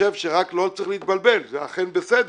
חושב שרק לא צריך להתבלבל, זה אכן בסדר,